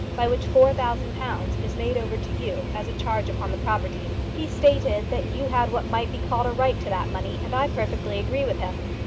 by which four thousand pounds is made over to you as a charge upon the property. he stated that you had what might be called a right to that money, and i perfectly agreed with him.